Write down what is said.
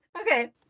Okay